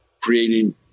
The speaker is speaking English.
creating